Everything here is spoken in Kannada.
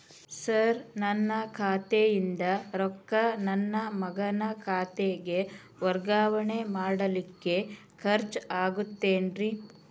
ಸರ್ ನನ್ನ ಖಾತೆಯಿಂದ ರೊಕ್ಕ ನನ್ನ ಮಗನ ಖಾತೆಗೆ ವರ್ಗಾವಣೆ ಮಾಡಲಿಕ್ಕೆ ಖರ್ಚ್ ಆಗುತ್ತೇನ್ರಿ?